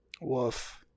Woof